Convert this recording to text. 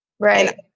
Right